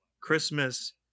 Christmas